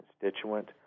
constituent